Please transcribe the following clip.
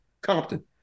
Compton